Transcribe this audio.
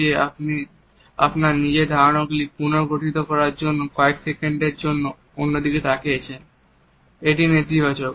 যে আপনি আপনার নিজের ধারণাগুলিকে পুনর্গঠিত করার জন্য কয়েক সেকেন্ডের জন্য অন্য দিকে তাকিয়েছেন এটি নেতিবাচক